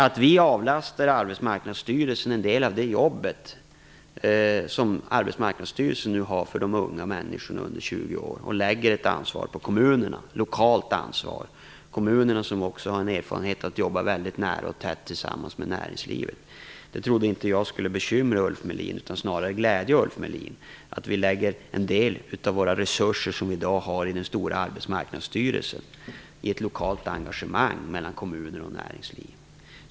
Att vi avlastar Arbetsmarknadsstyrelsen en del av det jobb som den nu har för unga människor under 20 år och lägger ett lokalt ansvar på kommunerna - kommunerna har ju erfarenhet av att jobba tillsammans med och väldigt nära näringslivet - trodde jag inte skulle bekymra Ulf Melin. Snarare trodde jag att det skulle glädja honom att vi lägger en del av de resurser som i dag finns hos den stora arbetsmarknadsstyrelsen på ett lokalt engagemang mellan kommuner och näringsliv.